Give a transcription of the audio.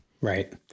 Right